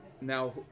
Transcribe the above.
Now